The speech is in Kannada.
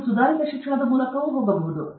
ನಂತರ ನೀವು ಸುಧಾರಿತ ಶಿಕ್ಷಣದ ಮೂಲಕ ಹೋಗಿದ್ದೀರಿ